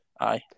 aye